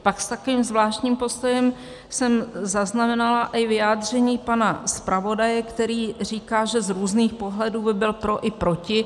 Pak s takovým zvláštním postojem jsem zaznamenala i vyjádření pana zpravodaje, který říká, že z různých pohledů by byl pro i proti.